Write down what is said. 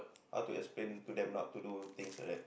how to explain to them not to do things like that